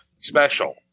special